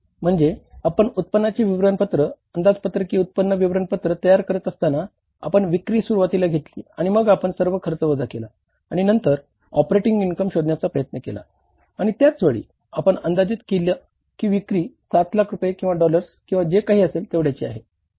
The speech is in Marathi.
म्हणजे आपण उत्पन्नाचे विवरणपत्र अंदाजपत्रकीय उत्पन्न विवरणपत्र तयार करत असताना आपण विक्री सुरवातीला घेतली आणि मग आपण सर्व खर्च वजा केला आणि नंतर ऑपरेटिंग इनकम शोधण्याचा प्रयत्न केला आणि त्याचवेळी आपण अंदाजित केला की विक्री 7 लाख रुपये किंवा डॉलर्स किंवा जेकाही असेल तेवढ्याची आहे